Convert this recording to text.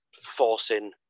forcing